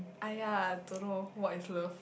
!aiya! don't know what is love